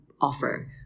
offer